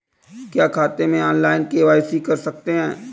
क्या खाते में ऑनलाइन के.वाई.सी कर सकते हैं?